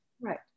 Right